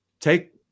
Take